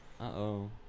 Uh-oh